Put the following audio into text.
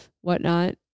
whatnot